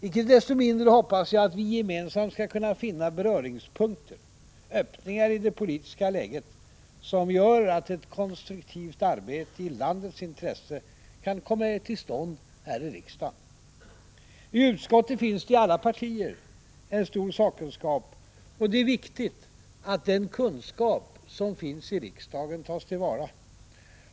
Icke desto mindre hoppas jag att vi gemensamt skall kunna finna beröringspunkter, öppningar i det politiska läget, som gör att ett konstruktivt arbete i landets intresse kan komma till stånd här i riksdagen. I utskotten finns det inom alla partier — en stor sakkunskap. Det är viktigt att den kunskap som finns i riksdagen tas till vara.